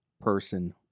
person